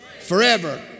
forever